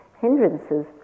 hindrances